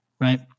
Right